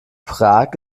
prag